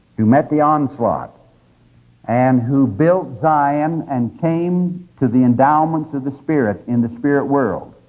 who met the onslaught and who built zion and came to the endowments of the spirit in the spirit world.